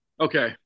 okay